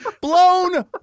Blown